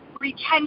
Retention